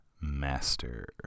master